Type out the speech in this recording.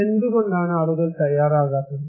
എന്തുകൊണ്ടാണ് ആളുകൾ തയ്യാറാകാത്തത്